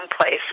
place